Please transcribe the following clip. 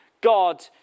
God